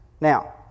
Now